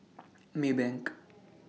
Maybank